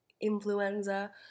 influenza